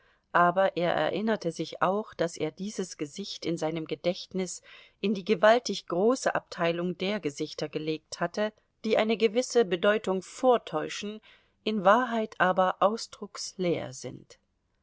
aber er erinnerte sich auch daß er dieses gesicht in seinem gedächtnis in die gewaltig große abteilung der gesichter gelegt hatte die eine gewisse bedeutung vortäuschen in wahrheit aber ausdrucksleer sind